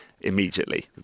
immediately